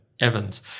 Evans